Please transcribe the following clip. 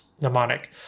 mnemonic